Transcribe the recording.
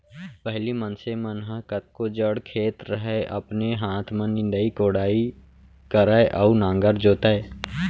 पहिली मनसे मन ह कतको जड़ खेत रहय अपने हाथ में निंदई कोड़ई करय अउ नांगर जोतय